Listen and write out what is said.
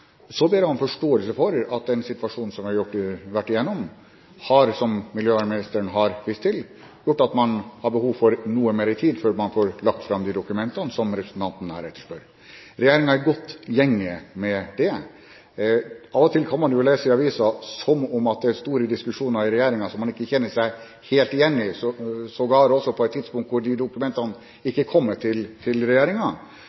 Så ber jeg om forståelse for at den situasjonen som vi har vært gjennom, har, som miljøvernministeren har vist til, gjort at man har behov for noe mer tid før man får lagt fram de dokumentene som representanten her etterspør. Regjeringen er i godt gjenge med det. Av og til kan man jo lese i avisen at det er store diskusjoner i regjeringen som man ikke kjenner seg helt igjen i – sågar også på tidspunkt da dokumentene ikke har kommet til regjeringen. Men regjeringen skal gjennomføre et